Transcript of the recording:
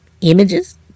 images